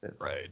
right